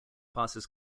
passes